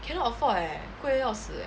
cannot afford eh 贵到要死